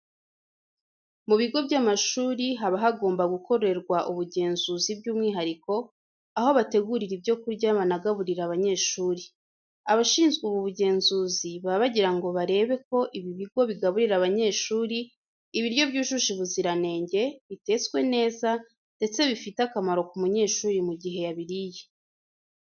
Mu bigo by'amashuri haba hagomba gukorerwa ubugenzuzi byumwihariko aho bategurira ibyo kurya banagaburira abanyeshuri. Abashinzwe ubu bugenzuzi baba bagira ngo barebe ko ibi bigo bigaburira abanyeshuri ibiryo byujuje ubuziranenge, bitetswe neza ndetse bifite akamaro ku munyeshuri mu gihe yabiriye.